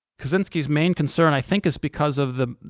kaczynski's main concern, i think, is because of the,